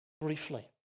briefly